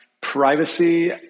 privacy